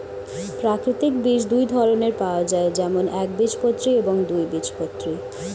প্রাকৃতিক বীজ দুই ধরনের পাওয়া যায়, যেমন একবীজপত্রী এবং দুই বীজপত্রী